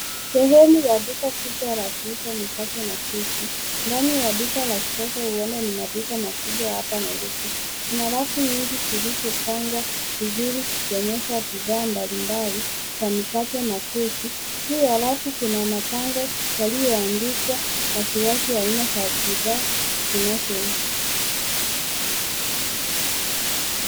Sehemu ya duka kubwa la mikate na keki, ndani ya duka la kisasa uone ni maduka makubwa hapa Nairobi. Kuna rafu nyingi zilizopangwa vizuri zikionyesha bidhaa mbalimbali. Pana mikate na keki juu halafu kuna mabango yaliyoandikwa waziwazi aina ya bidhaa zinazouzwa.